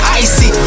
icy